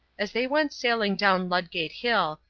as they went sailing down ludgate hill,